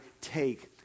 take